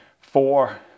four